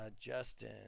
justin